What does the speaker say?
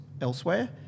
elsewhere